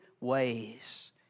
ways